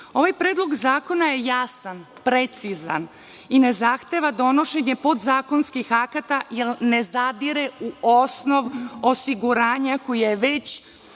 predlog zakona je jasan, precizan i ne zahteva donošenje podzakonskih akata jer ne zadire u osnov osiguranja koji je